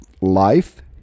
life